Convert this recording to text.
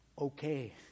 okay